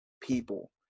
people